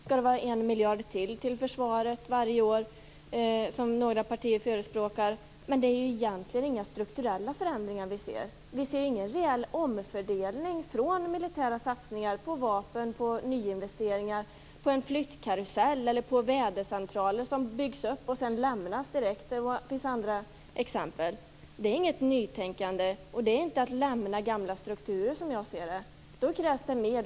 Skall det vara 1 miljard ytterligare till försvaret varje år, som några partier förespråkar? Men det är egentligen inga strukturella förändringar vi ser. Vi ser ingen reell omfördelning från militära satsningar på vapen, på nyinvesteringar, på flyttkaruseller, på vädercentraler som byggs upp och sedan direkt lämnas m.fl. exempel. Det är inget nytänkande. Det är inte att lämna gamla strukturer, som jag ser det. Då krävs det mer.